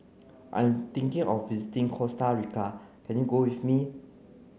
I'm thinking of visiting Costa Rica can you go with me